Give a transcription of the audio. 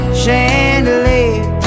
chandelier